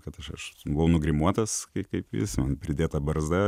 kad aš aš buvau nugrimuotas kaip kaip jis man pridėta barzda